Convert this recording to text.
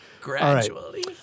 gradually